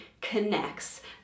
connects